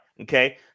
Okay